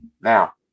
Now